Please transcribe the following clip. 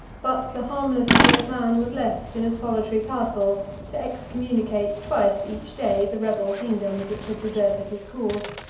but the harmless old man was left in a solitary castle to excommunicate twice each day the rebel kingdoms which had deserted his cause.